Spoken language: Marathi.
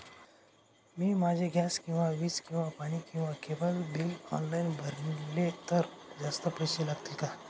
मी माझे गॅस किंवा वीज किंवा पाणी किंवा केबल बिल ऑनलाईन भरले तर जास्त पैसे लागतील का?